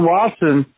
Watson